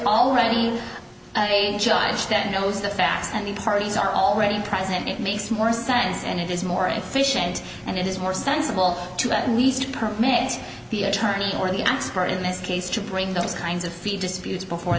already a judge that knows the facts and the parties are already present it makes more sense and it is more efficient and it is more sensible to at least permit the attorney for the answer in this case to bring those kinds of feet disputes before